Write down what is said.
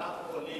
קלטנו עולים.